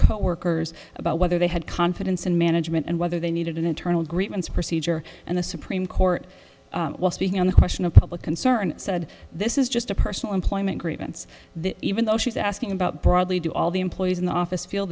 coworkers about whether they had confidence in management and whether they needed an internal grievance procedure and the supreme court while speaking on the question of public concern said this is just a personal employment grievance the even though she's asking about broadly do all the employees in the office feel